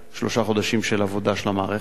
שלושה חודשים, של עבודה של המערכת,